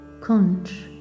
conch